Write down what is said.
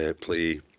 play